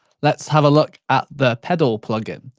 let's have a look at the pedal plug-in.